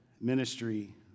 ministry